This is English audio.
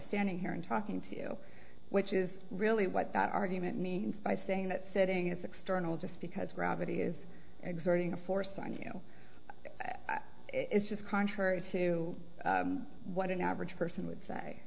standing here and talking to you which is really what that argument means by saying that sitting is external just because gravity is exerting a force on you it's just contrary to what an average person would say